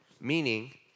Meaning